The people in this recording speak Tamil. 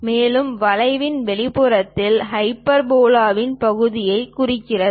மேலும் வளைவின் வெளிப்புறம் ஹைப்பர்போலாவின் பகுதியைக் குறிக்கிறது